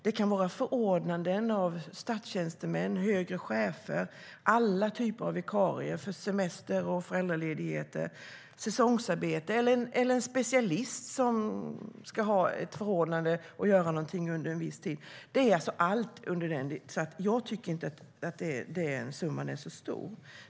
Det kan vara förordnanden av statstjänstemän, högre chefer, alla typer av vikarier för semester, föräldraledighet eller säsongsarbete eller en specialist som ska ha ett förordnande och göra något under en viss tid. Det är alltså allt som finns här, så jag tycker inte att den summan är så stor.